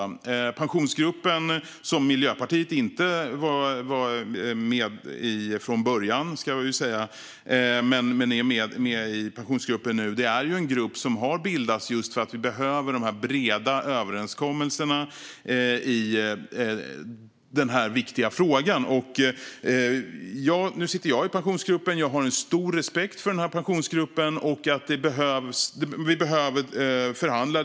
Jag ska säga att Miljöpartiet inte var med i Pensionsgruppen från början, men nu är Miljöpartiet med. Detta är ju en grupp som har bildats just för att vi behöver breda överenskommelser i den här viktiga frågan. Nu sitter jag i Pensionsgruppen, och jag har stor respekt för den. Vi behöver förhandla.